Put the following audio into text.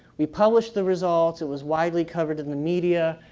we published the results, it was widely covered in the media.